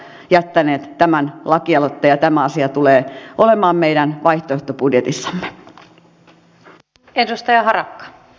siksi sosialidemokraatit ovat jättäneet tämän lakialoitteen ja tämä asia tulee olemaan meidän vaihtoehtobudjetissamme